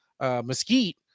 Mesquite